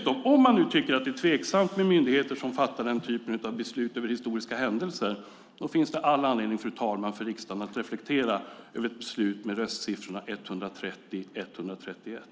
Om Vänsterpartiet tycker att det är tveksamt med myndigheter som fattar den typen av beslut om historiska händelser finns det all anledning för riksdagen att reflektera över ett beslut med röstsiffrorna 130 mot 131.